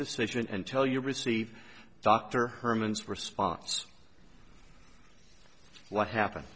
decision and tell you receive dr herman's response what happened